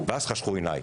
ואז חשכו עיניי,